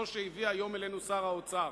זו שהביא אלינו היום שר האוצר,